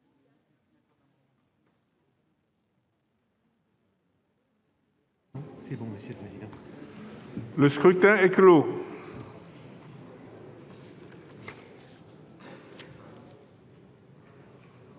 Le scrutin est clos.